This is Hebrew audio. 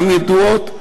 גם ידועות,